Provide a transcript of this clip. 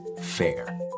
fair